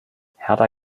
hertha